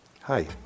Hi